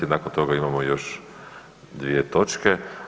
Nakon toga imamo još dvije točke.